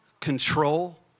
control